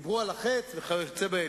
ותנהל שיחות עם כל האנשים סביבך.